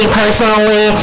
personally